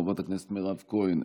חברת הכנסת מירב כהן,